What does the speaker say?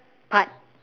part